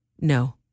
No